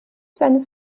seines